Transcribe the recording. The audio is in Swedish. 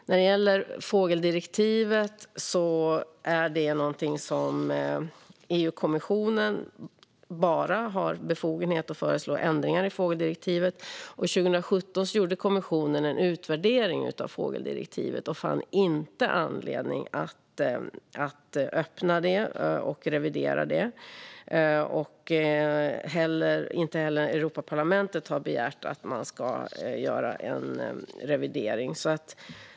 När det gäller fågeldirektivet är det bara EU-kommissionen som har befogenhet att föreslå ändringar i det. Kommissionen gjorde 2017 en utvärdering av fågeldirektivet och fann inte anledning att öppna det för revidering. Inte heller Europaparlamentet har begärt att en revidering ska göras.